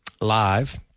live